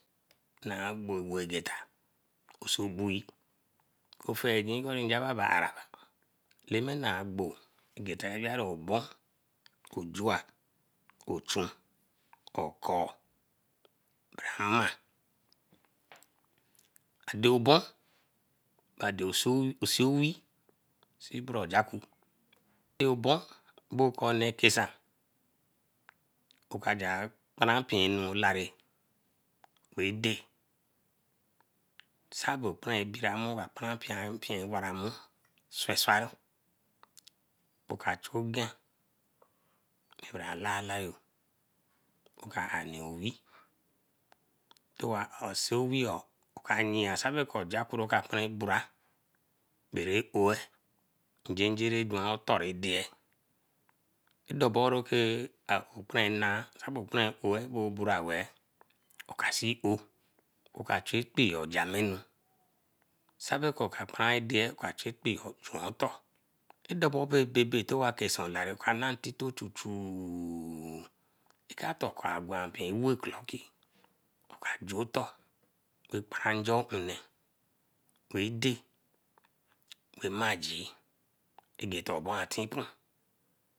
Na gbo ebota, osobue oko fegine kori njaba araba. Eleme na gbo egeta weeri obon, kojua, ochun, okoi bra nma. Ade oben ba dei soi weeh, see bura ojakpo. Ade obon onee kesan, okaja kparanpie eenu olaere wey dei. sobo pran bira nmu, aka kpan mpie awora mu wonru. Bo kra chu ogen bra lalayo oka are nee owee, towa are so weeyo oka yea so baeko ojakpo ra ka paran bura bere oweer ingingirin gwan otor ra deye. Deborake akukuren nah, sabo kparan oweer wo bura weeh oka see owee oka chu ekpeeyon jamenu. Sabekor ka kparan ra dei, oka chu njakpo juan otor. karabe ra dosenru teh kesan, oka na intito chu chueeey agwan pee a clocki, oka ju otor, ju kparan njor une weey dei weey maijii egetabor a tinpu.